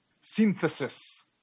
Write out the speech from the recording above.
synthesis